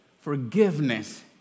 forgiveness